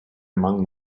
among